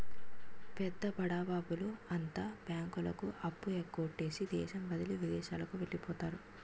పెద్ద బడాబాబుల అంతా బ్యాంకులకు అప్పు ఎగ్గొట్టి దేశం వదిలి విదేశాలకు వెళ్లిపోతారు